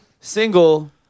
single